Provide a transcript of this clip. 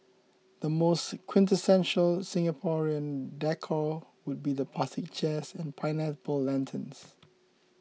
the most quintessential Singaporean decor would be the plastic chairs and pineapple lanterns